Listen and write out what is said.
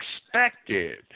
expected